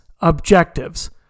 objectives